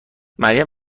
مریم